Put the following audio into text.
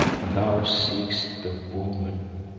thou seekest the woman.